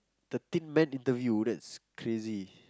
thirteen man interview that's crazy